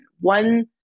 One